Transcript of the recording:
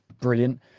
brilliant